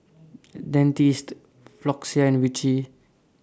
Dentiste Floxia and Vichy